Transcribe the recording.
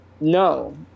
no